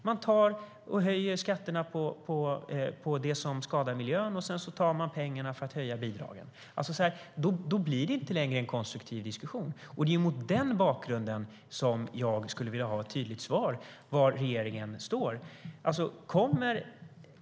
Man tar och höjer skatterna på det som skadar miljön, och sedan tar man pengarna för att höja bidragen. Då blir det inte längre en konstruktiv diskussion. Det är mot den bakgrunden som jag skulle vilja ha ett tydligt svar på var regeringen står.